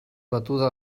batuda